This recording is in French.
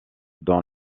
dans